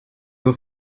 were